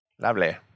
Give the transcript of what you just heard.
Lovely